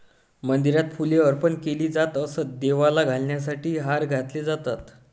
मंदिरात फुले अर्पण केली जात असत, देवाला घालण्यासाठी हार घातले जातात